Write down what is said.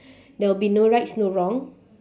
there will be no rights no wrong